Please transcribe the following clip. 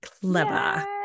clever